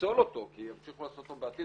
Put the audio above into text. לפסול אותו כי צריך לעשות אותו בעתיד,